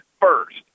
First